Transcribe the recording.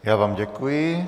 Já vám děkuji.